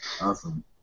Awesome